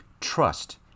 Trust